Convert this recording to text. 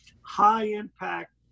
high-impact